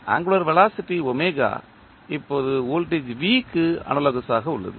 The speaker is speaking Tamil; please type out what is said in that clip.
ஆங்குளர் வெலாசிட்டி இப்போது வோல்டேஜ் V க்கு அனாலோகஸ் ஆக உள்ளது